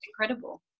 incredible